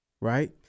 right